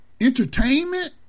entertainment